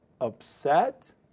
upset